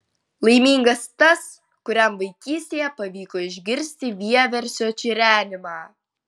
laimingas tas kuriam vaikystėje pavyko išgirsti vieversio čirenimą